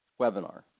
webinar